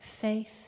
faith